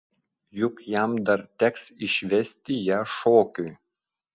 juk jam dar teks išvesti ją šokiui